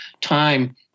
time